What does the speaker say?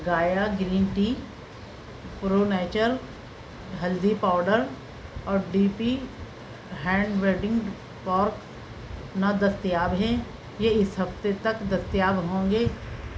گایا green tea pro nature ہلدی powder اور D P hand weeding fork نہ دستیاب ہیں یہ اس ہفتے تک دستیاب ہوں گے